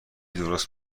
درست